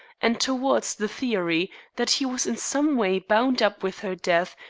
and towards the theory that he was in some way bound up with her death,